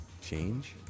Change